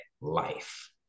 life